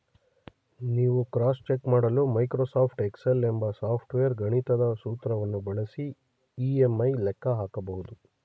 ನೀವು cross check ಮಾಡಲು Microsoft Excel ಎಂಬ ಸಾಫ್ಟ್ವೇರ್ ಗಣಿತದ ಸೂತ್ರವನ್ನು ಬಳಸಿ ಇ.ಎಂ.ಐ ಲೆಕ್ಕ ಹಾಕಬಹುದು